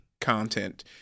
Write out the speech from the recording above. content